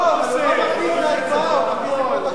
לא, זה לא תקדים, זה הצבעה, לפרוטוקול.